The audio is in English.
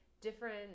different